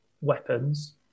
weapons